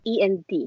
ENT